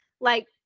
like-